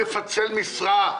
נלך לפי סדר,